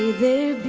the